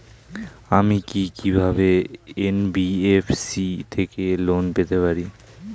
আমি কি কিভাবে এন.বি.এফ.সি থেকে লোন পেতে পারি?